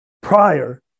prior